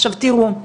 עכשיו תראו,